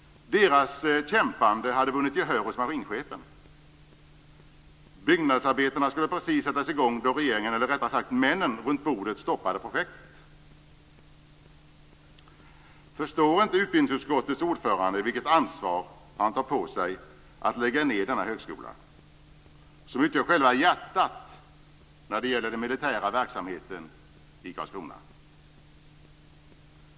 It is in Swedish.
Deras kämpande hade vunnit gehör hos marinchefen. Byggnadsarbetena skulle precis sättas i gång då regeringen, eller rättare sagt männen runt bordet, stoppade projektet. Förstår inte utbildningsutskottets ordförande vilket ansvar han tar på sig när han skall lägga ned denna högskola, som utgör själva hjärtat när det gäller den militära verksamheten i Karlskrona?